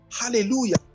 Hallelujah